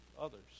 others